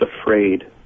afraid